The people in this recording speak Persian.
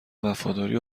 وفاداری